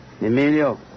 Emilio